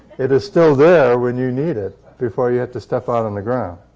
it is still there when you need it before you have to step out on the ground.